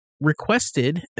requested